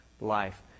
life